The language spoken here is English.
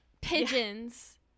pigeons